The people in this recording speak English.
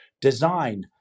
design